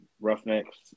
Roughnecks